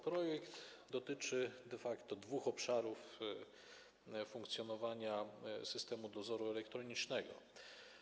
Projekt dotyczy de facto dwóch obszarów funkcjonowania systemu dozoru elektronicznego.